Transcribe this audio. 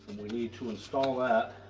we need to install that